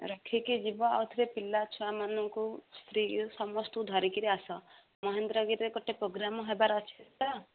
ରଖିକି ଯିବ ଆଉଥରେ ପିଲା ଛୁଆମାନଙ୍କୁ ସ୍ତ୍ରୀ ସମସ୍ତଙ୍କୁ ଧରିକିରି ଆସ ମହେନ୍ଦ୍ରଗିରିରେ ଗୋଟେ ପ୍ରୋଗ୍ରାମ୍ ହେବାର ଅଛି ତ